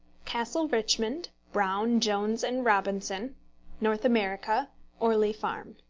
castle richmond brown, jones, and robinson north america orley farm.